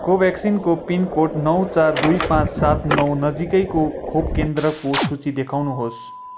कोभाभ्याक्सको पिनकोड नौ चार दुई पाँच सात नौ नजिकैको खोप केन्द्रको सूची देखाउनुहोस्